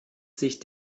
sich